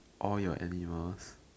all your animals